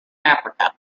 africa